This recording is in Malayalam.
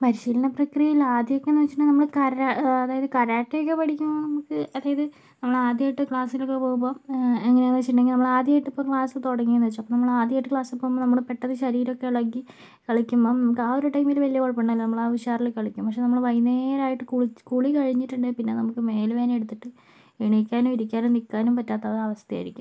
പരിശീലനപ്രക്രിയയിൽ ആദ്യമൊക്കെന്ന് വെച്ചിട്ടുണ്ടെങ്കിൽ നമ്മൾ കര അതായത് കരാട്ടയൊക്കെ പഠിക്കുമ്പോൾ നമുക്ക് അതായത് നമ്മൾ ആദ്യമായിട്ട് ക്ലാസിനൊക്കെ പോവുമ്പോൾ എങ്ങനെന്നുവെച്ചിട്ടുണ്ടെൽ നമ്മള് ആദ്യമായിട്ട് ക്ലാസ്സ് തുടങ്ങിയെന്ന് വെച്ചോ അപ്പോൾ നമ്മൾ ആദ്യമായിട്ട് ക്ലാസിൽ പോവുമ്പോൾ നമ്മൾ പെട്ടെന്ന് ശരീരമൊക്കെ ഇളകി കളിക്കുമ്പോൾ നമുക്ക് ആ ഒരു ടൈമിൽ വലിയ കുഴപ്പമുണ്ടാവില്ല നമ്മള് ആ ഉഷാറില് കളിക്കും പക്ഷെ നമ്മള് വൈകുന്നേരമായിട്ട് കുളിച്ച് കുളി കഴിഞ്ഞിട്ടുണ്ടെൽ പിന്നെ നമുക്ക് മേലുവേദന എടുത്തിട്ട് എണീക്കാനും ഇരിക്കാനും നിക്കാനും പറ്റാത്ത അവസ്ഥ ആയിരിക്കും